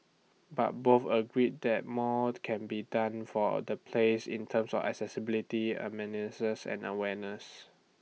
but both agreed that more can be done for the place in terms of accessibility and awareness